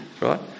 Right